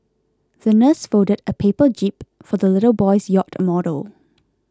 the nurse folded a paper jib for the little boy's yacht model